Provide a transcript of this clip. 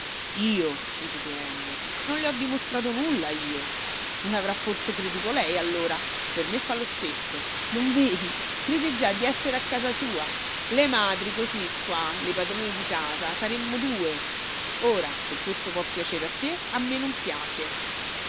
io ripeté ennio non le ho dimostrato nulla io l'avrà forse creduto lei allora per me fa lo stesso non vedi crede già di essere a casa sua le madri così qua le padrone di casa saremmo due ora se questo può piacere a te a me non piace